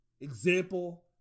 example